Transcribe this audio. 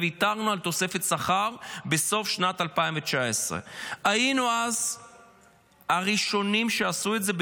וויתרנו על תוספת שכר בסוף שנת 2019. היינו אז הראשונים שעשו את זה.